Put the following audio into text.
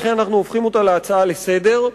לכן אנחנו הופכים אותה להצעה לסדר-היום,